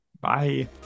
bye